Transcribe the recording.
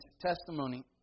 testimony